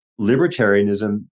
libertarianism